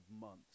months